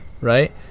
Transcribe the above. Right